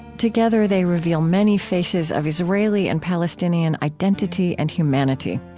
together they reveal many faces of israeli and palestinian identity and humanity.